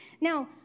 Now